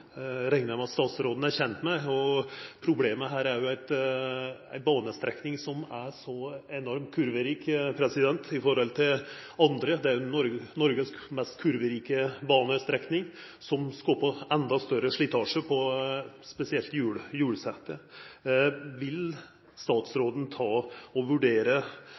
med at statsråden er kjend med. Problemet her er ei banestrekning som er enormt kurverik i forhold til andre. Dette er jo den mest kurverike banestrekninga i Noreg, noko som skapar enda større slitasje på spesielt hjulsettet. Vil statsråden